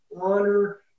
honor